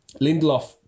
Lindelof